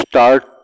Start